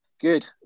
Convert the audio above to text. Good